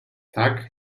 tak